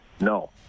No